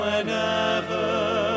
Whenever